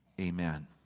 amen